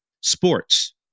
Sports